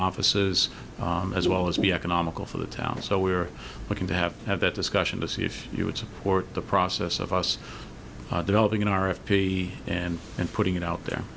offices as well as be economical for the town so we're looking to have had that discussion to see if you would support the process of us developing an r f p and and putting it out there